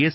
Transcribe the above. S